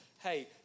hey